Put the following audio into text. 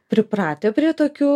pripratę prie tokių